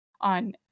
on